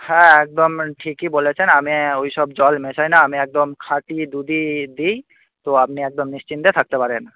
হ্যাঁ একদম ঠিকই বলেছেন আমি ওইসব জল মেশাই না আমি একদম খাঁটি দুধই দিই তো আপনি একদম নিশ্চিন্তে থাকতে পারেন